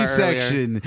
section